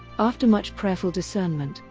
after much prayerful discernment,